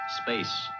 Space